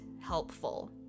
helpful